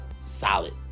Solid